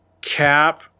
Cap